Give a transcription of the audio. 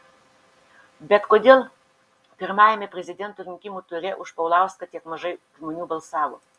bet kodėl pirmajame prezidento rinkimų ture už paulauską tiek mažai žmonių balsavo